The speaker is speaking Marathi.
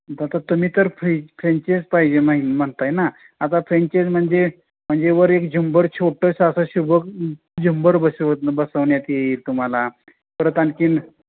आता तुम्ही तर फ्रे फ्रेंचेच पाहिजे महिन म्हणत आहे ना आता फ्रेंचेस म्हणजे म्हणजे वर एक झुंबर छोटंसं असं सुबक झुंबर बसवत बसवण्यात येईल तुम्हाला परत आणखीन